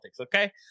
okay